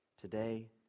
Today